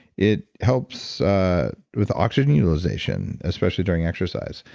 it helps with oxygen utilization especially during exercise,